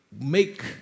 make